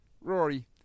Rory